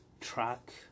track